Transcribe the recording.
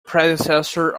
predecessor